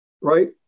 right